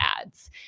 ads